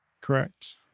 Correct